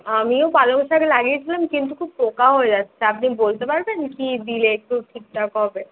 আমিও পালং শাক লাগিয়েছিলাম কিন্তু খুব পোকা হয়ে যাচ্ছে আপনি বলতে পারবেন কী দিলে একটু ঠিকঠাক হবে